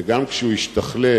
וגם כשהוא השתכלל,